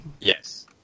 Yes